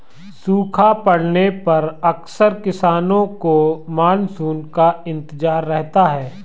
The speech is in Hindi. सूखा पड़ने पर अक्सर किसानों को मानसून का इंतजार रहता है